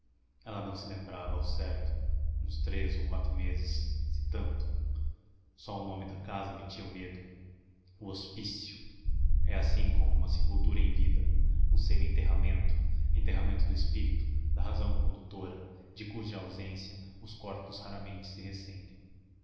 ela não se lembrava ao certo uns três ou quatro meses se tanto só o nome da casa metia medo o hospício é assim como uma sepultura em vida um semienterramento enterramento do espírito da razão condutora de cuja ausência os corpos raramente se ressentem